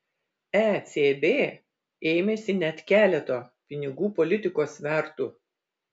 ecb ėmėsi net keleto pinigų politikos svertų